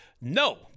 No